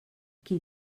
qui